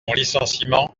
licenciement